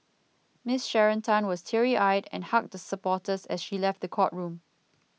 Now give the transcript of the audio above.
Miss Sharon Tan was teary eyed and hugged supporters as she left the courtroom